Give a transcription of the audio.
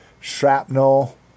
shrapnel